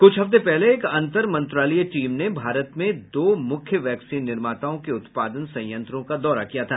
कुछ हफ्ते पहले एक अंतर मंत्रालयीय टीम ने भारत में दो मुख्य वैक्सीन निर्माताओं के उत्पादन संयंत्रों का दौरा किया था